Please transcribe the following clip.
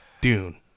Dune